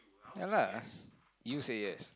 ya lah you say yes